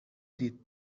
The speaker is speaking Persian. دید